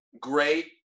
great